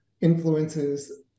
influences